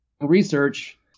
research